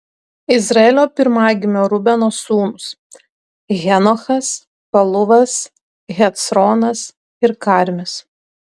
izraelio pirmagimio rubeno sūnūs henochas paluvas hecronas ir karmis